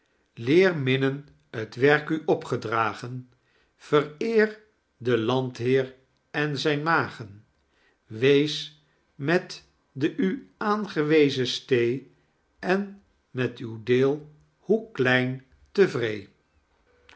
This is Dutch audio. leer minnen t werk u opgedragen vereer den landheer en zijn mag'en wees met de u aangewezen stee en met uw deel hoe klein tevree